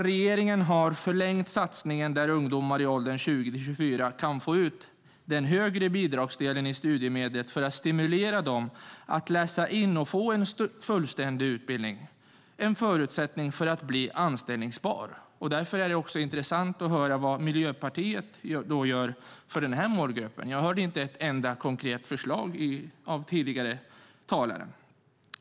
Regeringen har förlängt satsningen där ungdomar i åldern 20-24 kan få ut den högre bidragsdelen i studiemedlet för att stimulera dem att läsa in och få en fullständig utbildning, vilket är en förutsättning för att bli anställbar. Därför är det intressant att höra vad Miljöpartiet gör för den här målgruppen. Jag hörde inte ett enda konkret förslag från tidigare talare.